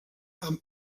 amb